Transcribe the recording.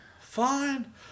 fine